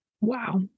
Wow